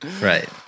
Right